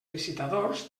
licitadors